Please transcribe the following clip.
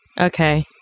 Okay